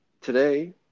today